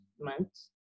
months